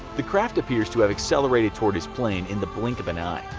the craft appears to have accelerated towards his plane in the blink of an eye.